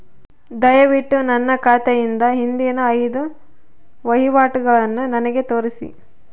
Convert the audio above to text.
ದಯವಿಟ್ಟು ನನ್ನ ಖಾತೆಯಿಂದ ಹಿಂದಿನ ಐದು ವಹಿವಾಟುಗಳನ್ನು ನನಗೆ ತೋರಿಸಿ